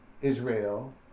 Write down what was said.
israel